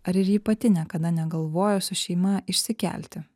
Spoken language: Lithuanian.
ar ir ji pati niekada negalvojo su šeima išsikelti